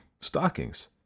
stockings